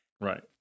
Right